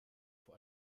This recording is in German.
vor